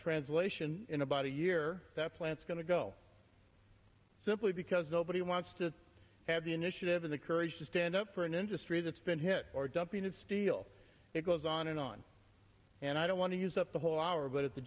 translation in about a year that plants going to go simply because nobody wants to have the initiative in the courage to stand up for an industry that's been hit or dumping of steel it goes on and on and i don't want to use up the whole hour but at the